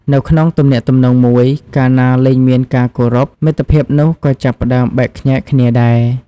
នៅក្នុងទំនាក់ទំនងមួយ កាលណាលែងមានការគោរព មិត្តភាពនោះក៏ចាប់ផ្ដើមបែកខ្ញែកគ្នាដែរ។